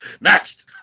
Next